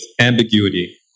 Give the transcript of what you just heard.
ambiguity